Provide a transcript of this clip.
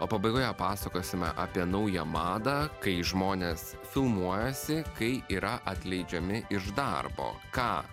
o pabaigoje pasakosime apie naują madą kai žmonės filmuojasi kai yra atleidžiami iš darbo ką